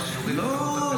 לא,